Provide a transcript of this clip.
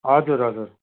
हजुर हजुर